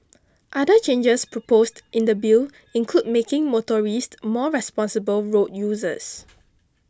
other changes proposed in the Bill include making motorists more responsible road users